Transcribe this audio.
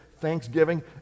thanksgiving